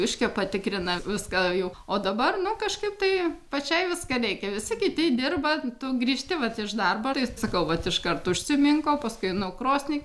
iškepa tikrina viską jau o dabar nu kažkaip tai pačiai viską reikia visi kiti dirba tu grįžti vat iš darbo tai sakau vat iškart užsiminko o paskui nu krosnį